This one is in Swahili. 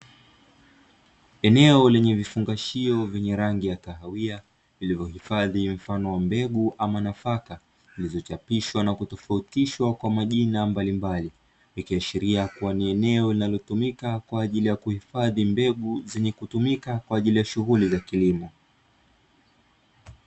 Eneo lenye vifungashio vyenye rangi ya kahawia, vilivyo hifadhi mfano wa mbegu ama nafaka zilizo chapishwa na kutofautishwa kwa majina mbalimbali, ikiashiria kua ni eneo linalo tumika kwa ajili ya kuhifadhi mbegu zenye kutumika kwa ajili ya shughuli za kilimo.